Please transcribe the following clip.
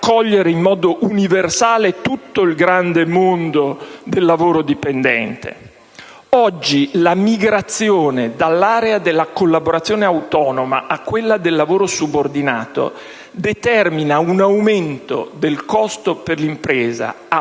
in modo universale tutto il grande mondo del lavoro dipendente. Oggi la migrazione dall'area della collaborazione autonoma a quella del lavoro subordinato determina un aumento di costo per l'impresa,